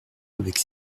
avec